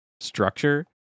structure